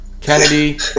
Kennedy